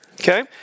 okay